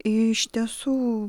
iš tiesų